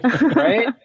right